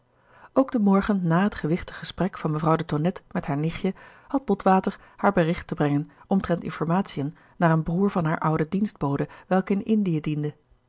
ook den morgen na het gewichtig gesprek van mevrouw de tonnette met haar nichtje had botwater haar bericht te brengen omtrent informatien naar een broer van hare oude dienstbode welke in indie diende